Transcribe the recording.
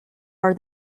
are